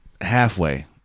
Halfway